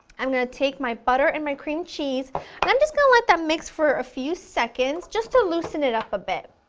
i'm going to take my butter and my cream cheese and i'm just going to let that mix for a few seconds just to loosen it up a bit.